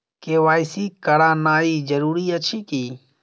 KYC करानाइ जरूरी अछि की?